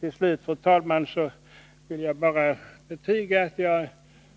Till slut, fru talman, vill jag bara betyga att